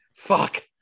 Fuck